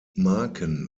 marken